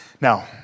Now